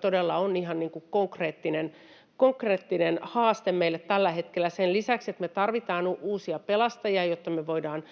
todella on ihan konkreettinen haaste meillä tällä hetkellä. Sen lisäksi, että me tarvitaan uusia pelastajia, jotta me voidaan